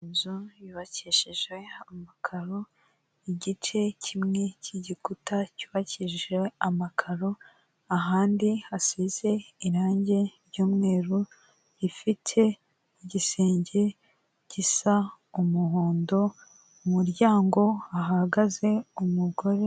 Inzu yubakishije amakaro, igice kimwe cy'igikuta cyubakishije amakaro, ahandi hasize irangi ry'umweru gifite igisenge gisa umuhondo, umuryango hahagaze umugore